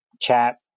chat